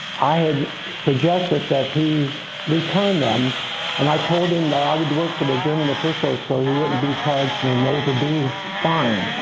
i had suggested that he return them and i told him that i would work with the german officials so he wouldn't be charged an overdue fine